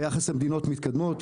ביחס למדינות מתקדמות,